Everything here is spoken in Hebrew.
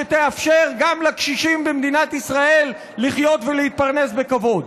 שתאפשר גם לקשישים במדינת ישראל לחיות ולהתפרנס בכבוד.